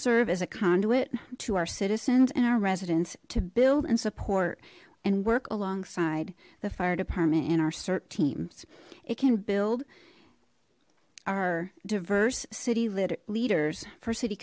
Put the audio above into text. as a conduit to our citizens and our residents to build and support and work alongside the fire department in our cert teams it can build our diverse city lit leaders for city